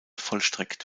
vollstreckt